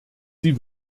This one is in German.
sie